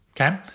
Okay